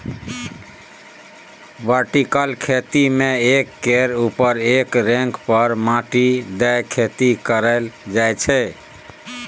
vertical खेती मे एक केर उपर एक रैक पर माटि दए खेती कएल जाइत छै